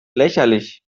lächerlich